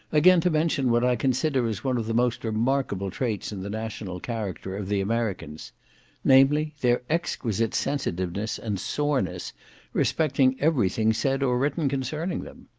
again to mention what i consider as one of the most remarkable traits in the national character of the americans namely, their exquisite sensitiveness and soreness respecting everything said or written concerning them.